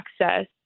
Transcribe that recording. access